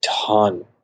ton